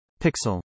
Pixel